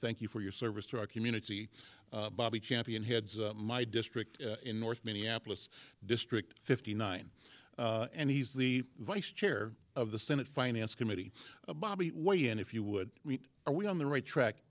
thank you for your service to our community bobby champion heads my district in north minneapolis district fifty nine and he's the vice chair of the senate finance committee bobbie and if you would meet are we on the right track